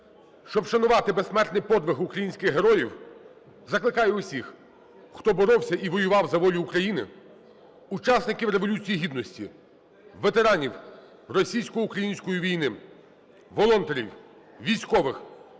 Щоб вшанувати безсмертний подвиг українських героїв, закликаю усіх, хто боровся і воював за волю України, учасників Революції Гідності, ветеранів російсько-української війни, волонтерів, військових